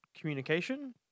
Communication